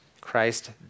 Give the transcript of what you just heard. Christ